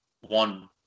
one